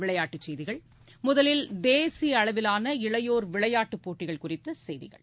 விளையாட்டுச் செய்திகள் முதலில் தேசிய அளவிலான இளையோர் விளையாட்டு போட்டிகள் குறித்த செய்திகள்